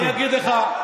אני אגיד לך,